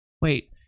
wait